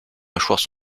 mâchoires